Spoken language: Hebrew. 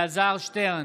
אלעזר שטרן,